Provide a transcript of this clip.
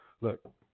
look